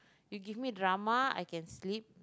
you give me drama I can sleep